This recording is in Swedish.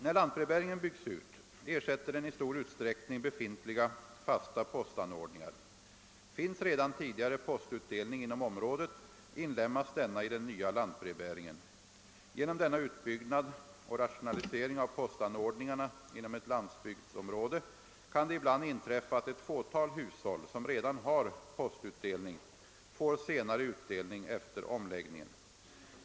När lantbrevbäringen byggs ut, ersätter den i stor utsträckning befintliga fasta postanordningar. Finns redan tidigare postutdelning inom området, inlemmas denna i den nya lantbrevbäringen. Genom denna utbyggnad och rationalisering av postanordningarna inom ett landsbygdsområde kan det ibland inträffa att ett fåtal hushåll som redan har postutdelning får senare utdelning efter omläggningen.